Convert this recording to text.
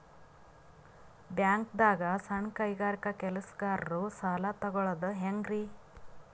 ಬ್ಯಾಂಕ್ದಾಗ ಸಣ್ಣ ಕೈಗಾರಿಕಾ ಕೆಲಸಗಾರರು ಸಾಲ ತಗೊಳದ್ ಹೇಂಗ್ರಿ?